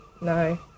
no